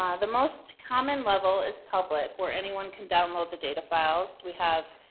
um the most common level is public, where anyone can download the data files. we have